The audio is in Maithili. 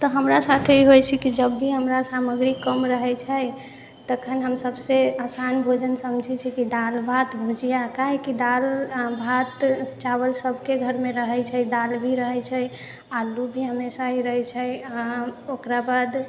तऽ हमरा साथे ई होइ छै कि जब भी हमरा सामग्री कम रहै छै तखनि हम सभसँ आसान भोजन समझै छी कि दालि भात भुजिआ काहेकि दालि भात चावल सभके घरमे रहै छै दालि भी रहै छै आलू भी हमेशा ही रहै छै अहाँ ओकरा बाद